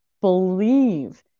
believe